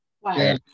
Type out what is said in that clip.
Wow